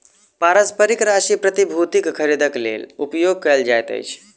पारस्परिक राशि प्रतिभूतिक खरीदक लेल उपयोग कयल जाइत अछि